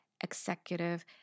executive